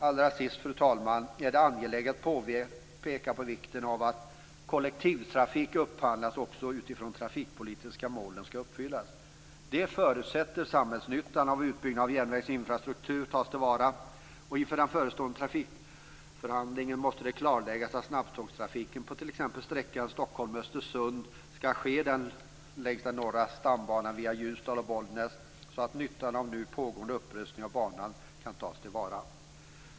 Allra sist, fru talman, är det angeläget att peka på vikten av att kollektivtrafik upphandlas också med utgångspunkt i att de trafikpolitiska målen skall uppfyllas. Det förutsätter att samhällsnyttan av en utbyggnad av järnvägens infrastruktur tas till vara. Inför den förestående trafikförhandlingen måste det klarläggas att snabbtågstrafiken på t.ex. sträckan Stockholm-Östersund skall ske längs Norra stambanan via bl.a. Ljusdal och Bollnäs, så att nyttan av den nu pågående upprustningen av banan kan tas till vara.